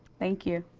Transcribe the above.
thank you.